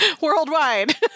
worldwide